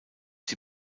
sie